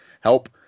help